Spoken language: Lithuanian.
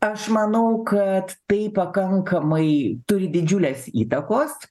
aš manau kad tai pakankamai turi didžiulės įtakos